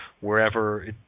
wherever